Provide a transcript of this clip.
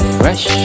fresh